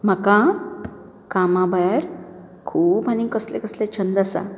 तातूंत हिरोयीन आनी हिरोयीन कशीं पळयतात कशीं वागतात कशीं उलयतात